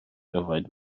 yfed